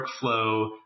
workflow